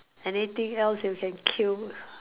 anything else you can kill